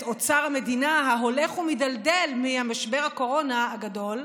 את אוצר המדינה ההולך ומידלדל ממשבר הקורונה הגדול?